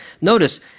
Notice